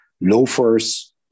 loafers